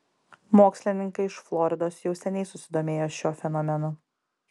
mokslininkai iš floridos jau seniai susidomėjo šiuo fenomenu